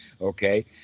okay